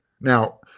Now